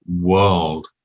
world